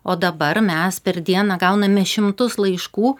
o dabar mes per dieną gauname šimtus laiškų